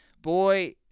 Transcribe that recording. boy